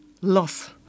loss